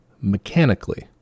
mechanically